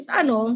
ano